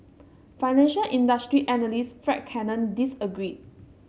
financial industry analyst Fred Cannon disagreed